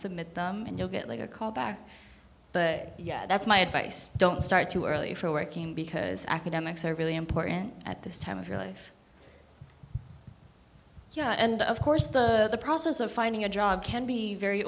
submit them and you'll get a call back but yeah that's my advice don't start too early for working because academics are really important at this time of really yeah and of course the process of finding a job can be very